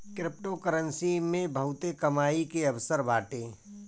cryptocurrency मे बहुते कमाई के अवसर बाटे